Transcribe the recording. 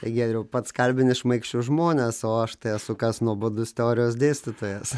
tai giedriau pats kalbini šmaikščius žmones o aš tai esu kas nuobodus teorijos dėstytojas